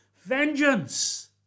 Vengeance